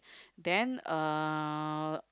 then uh